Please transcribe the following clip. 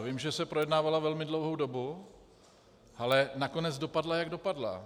Vím, že se projednávala velmi dlouhou dobu, ale nakonec dopadla, jak dopadla.